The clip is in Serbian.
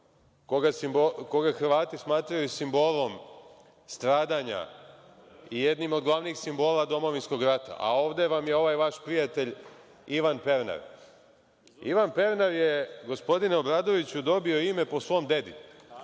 koga Hrvati smatraju simbolom stradanja i jednim od glavnih simbola domovinskog rata, a ovde vam je ovaj vaš prijatelj Ivan Pernar. Ivan Pernar je, gospodine Obradoviću, dobio ime po svom dedi,